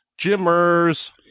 Jimmers